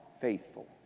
faithful